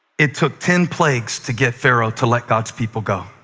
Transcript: it took ten plagues to get pharaoh to let god's people go.